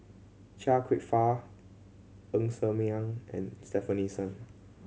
Chia Kwek Fah Ng Ser Miang and Stefanie Sun